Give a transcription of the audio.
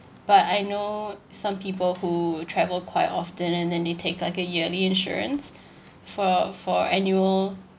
but I know some people who travel quite often and then they take like a yearly insurance for for annual